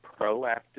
proactive